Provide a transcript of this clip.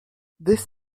this